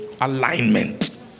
alignment